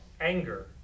anger